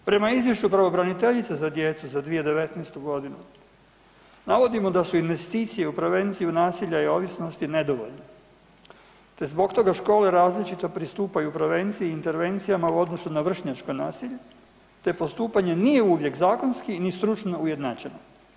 Prema izvješću pravobraniteljice za djecu za 2019. godinu navodimo da su investicije u prevenciju nasilja i ovisnosti nedovoljne te zbog toga škole različito pristupaju prevenciji i intervencijama u odnosu na vršnjačka nasilja te postupanje nije uvijek zakonski ni stručno ujednačeno.